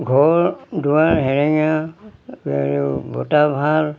ঘৰ দুৱাৰ সেৰেঙা বতাহ ভাল